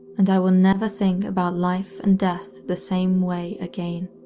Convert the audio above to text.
and i will never think about life and death the same way again.